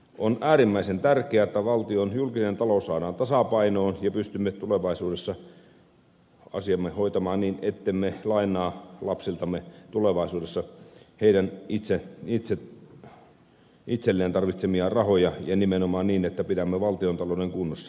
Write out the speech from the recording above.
on äärimmäisen tärkeää että valtion julkinen talous saadaan tasapainoon ja pystymme tulevaisuudessa asiamme hoitamaan niin ettemme lainaa lapsiltamme tulevaisuudessa heidän itselleen tarvitsemiaan rahoja ja nimenomaan niin että pidämme valtiontalouden kunnossa